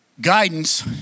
Guidance